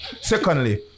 secondly